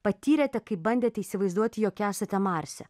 patyrėte kai bandėte įsivaizduot jog esate marse